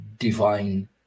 divine